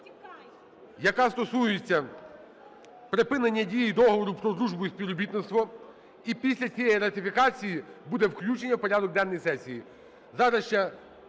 яка стосується припинення дії Договору про дружбу і співробітництво. І після цієї ратифікації буде включення в порядок денний сесії.